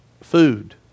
food